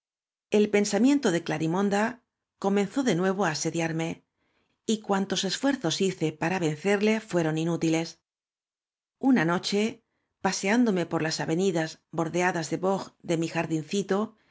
el pensamiento de clari monda comenzó de nuevo á asediarme y cuan tos esfuerzos hice para vencerle fueron inúti les una noche paseándome por las avenidas bordeadas de boj de mi jardincito